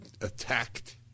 attacked